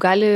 gali